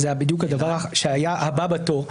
זה בדיוק הדבר שהיה הבא בתור.